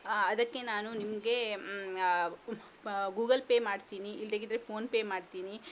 ಅದಕ್ಕೆ ನಾನು ನಿಮಗೆ ಗೂಗಲ್ ಪೇ ಮಾಡ್ತೀನಿ ಇಲ್ದೆಯಿದ್ರೆ ಪೋನ್ ಪೇ ಮಾಡ್ತೀನಿ